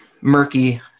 murky